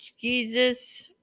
Jesus